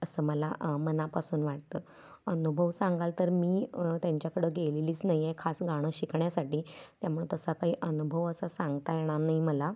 असं मला मनापासून वाटतं अनुभव सांगाल तर मी त्यांच्याकडं गेलेलीच नाही आहे खास गाणं शिकण्यासाठी त्यामुळं तसा काही अनुभव असा सांगता येणार नाही मला